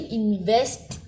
invest